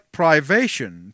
privation